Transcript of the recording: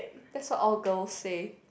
that's all girl say